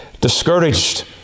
discouraged